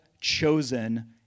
chosen